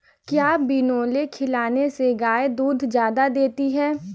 क्या बिनोले खिलाने से गाय दूध ज्यादा देती है?